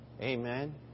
Amen